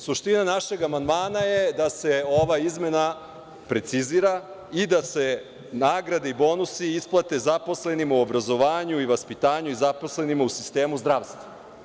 Suština našeg amandmana je da se ova izmena precizira i da se nagrade i bonusi isplate zaposlenima u obrazovanju i vaspitanju, i zaposlenima u sistemu zdravstva.